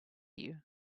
you